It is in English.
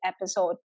Episode